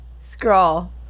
Scroll